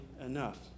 enough